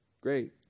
great